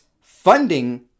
funding